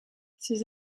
ces